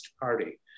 party